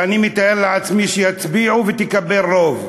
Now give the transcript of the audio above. שאני מתאר לעצמי שיצביעו ותקבל רוב,